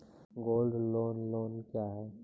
Gold loan loan क्या हैं?